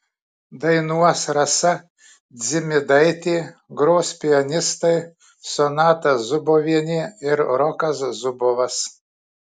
dainuos rasa dzimidaitė gros pianistai sonata zubovienė ir rokas zubovas